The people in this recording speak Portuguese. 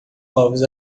povos